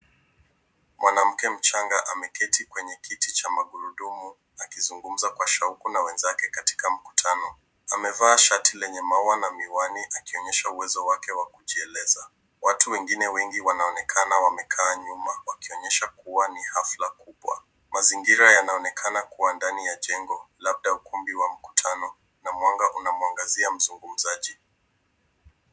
Mwanamke mchanga ameketi kwenye kiti cha magurudumu, akizungumza kwa shauku na wenzake katika mkutano. Amevaa shati lenye maua na miwani akionyesha uwezo wake wa kujieleza. Watu wengine wengi wanaonekana wamekaa nyuma wakionyesha kuwa ni hafla kubwa. Mazingira yanaonekana kuwa ndani ya jengo, labda ukumbi wa mkutano, na mwanga unamwangazia mzungumzaji.